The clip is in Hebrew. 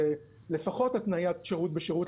זה לפחות התניית שירות בשירות,